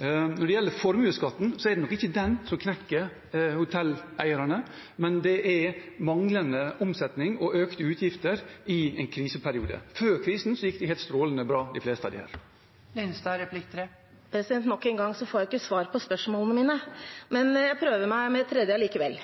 Når det gjelder formuesskatten, er det nok ikke den som knekker hotelleierne, men manglende omsetning og økte utgifter i en kriseperiode. Før krisen gikk de fleste av disse strålende bra. Nok en gang får jeg ikke svar på spørsmålet mitt. Jeg prøver meg med et tredje